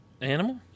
animal